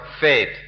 faith